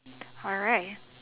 alright